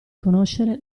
conoscere